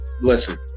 Listen